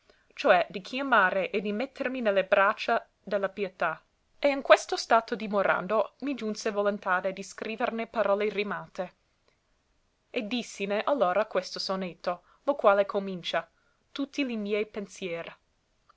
cioè di chiamare e di mettermi ne le braccia de la pietà e in questo stato dimorando mi giunse volontade di scriverne parole rimate e dìssine allora questo sonetto lo quale comincia tutti li miei pensier